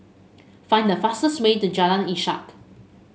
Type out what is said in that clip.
find the fastest way to Jalan Ishak